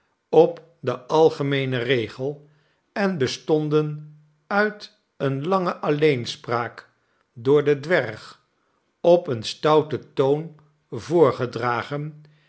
op den algemeenen regel en bestonden uit eene lange alleenspraak door den dwerg op een stouten toon yoorgedragen